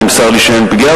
נמסר לי שאין פגיעה,